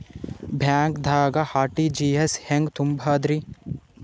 ಬ್ಯಾಂಕ್ದಾಗ ಆರ್.ಟಿ.ಜಿ.ಎಸ್ ಹೆಂಗ್ ತುಂಬಧ್ರಿ?